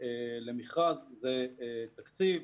למכרז זה תקציב.